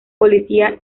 policía